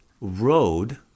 road